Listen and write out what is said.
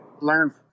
learn